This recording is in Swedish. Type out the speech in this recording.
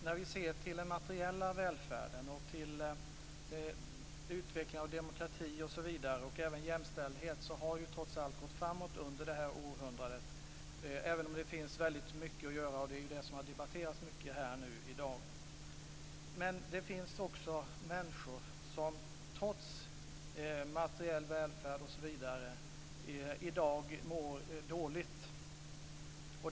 När vi ser till den materiella välfärden och till utvecklingen av demokrati, liksom även jämställdhet, har det trots allt gått framåt under det här århundradet, även om det finns väldigt mycket kvar att göra. Och det är det som har debatterats mycket i dag. Men det finns också människor som trots materiell välfärd mår dåligt i dag.